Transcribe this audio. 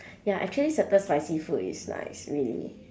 ya actually certain spicy food is like it's really